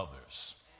others